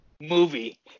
movie